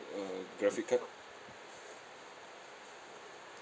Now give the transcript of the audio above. uh graphic card ah